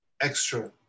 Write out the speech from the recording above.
extra